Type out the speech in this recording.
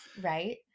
right